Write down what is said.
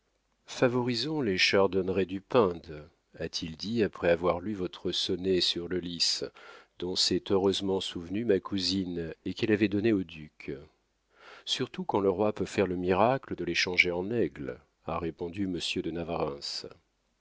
favorisons les chardonnerets du pinde a-t-il dit après avoir lu votre sonnet sur le lis dont s'est heureusement souvenu ma cousine et qu'elle avait donné au duc surtout quand le roi peut faire le miracle de les changer en aigles a répondu monsieur de navarreins